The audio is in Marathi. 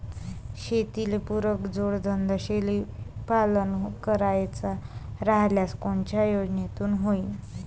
शेतीले पुरक जोडधंदा शेळीपालन करायचा राह्यल्यास कोनच्या योजनेतून होईन?